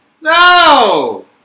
No